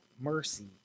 mercy